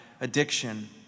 addiction